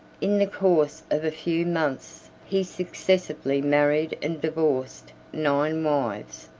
in the course of a few months, he successively married and divorced nine wives,